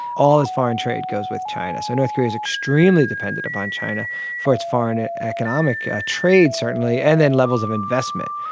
all its foreign trade goes with china. so north korea is extremely dependent upon china for its foreign ah economic ah trade certainly and in levels of investment.